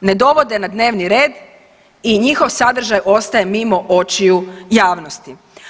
ne dovode na dnevni red i njihov sadržaj ostaje mimo očiju javnosti.